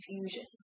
confusion